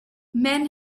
men